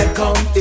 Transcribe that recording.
come